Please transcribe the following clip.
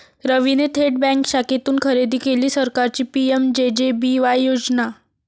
रवीने थेट बँक शाखेतून खरेदी केली सरकारची पी.एम.जे.जे.बी.वाय योजना